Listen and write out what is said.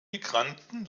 migranten